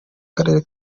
karere